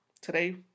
today